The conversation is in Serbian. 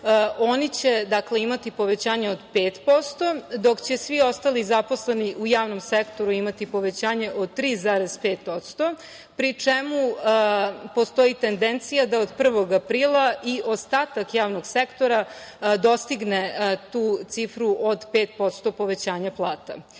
oni će imati povećanje od 5%, dok svi ostali zaposleni u javnom sektoru imati povećanje od 3,5%, pri čemu, postoji tendencija da od 1. aprila i ostatak javnog sektora dostigne tu cifru od 5% povećanja plata. Ono